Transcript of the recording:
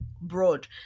broad